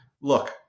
look